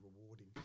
rewarding